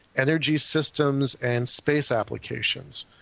energy systems and space applications.